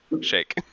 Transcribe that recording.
Shake